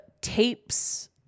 tapes